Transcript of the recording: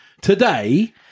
today